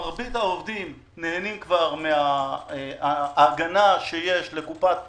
מרבית העובדים נהנים כבר מההגנה שיש לקופת